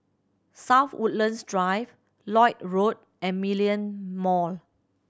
South Woodlands Drive Lloyd Road and Million Mall